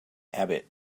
abbot